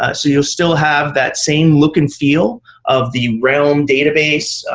ah so you'll still have that same look and feel of the realm database,